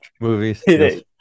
Movies